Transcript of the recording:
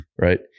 Right